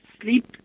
sleep